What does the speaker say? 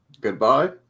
Goodbye